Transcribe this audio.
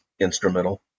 instrumental